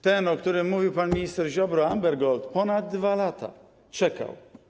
Ten, o którym mówił pan minister Ziobro, Amber Gold, ponad 2 lata czekał.